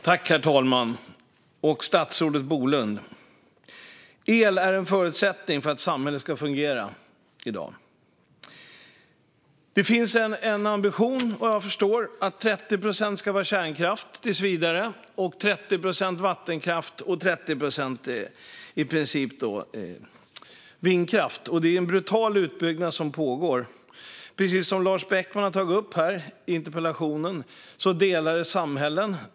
Herr talman! Statsrådet Bolund! El är en förutsättning för att samhället i dag ska fungera. Det finns vad jag förstår en ambition om att 30 procent ska komma från kärnkraft tills vidare, 30 procent från vattenkraft och 30 procent i princip från vindkraft. Det är en brutal utbyggnad som pågår. Precis som Lars Beckman har tagit upp i interpellationen delar det samhällen.